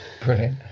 Brilliant